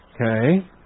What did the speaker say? Okay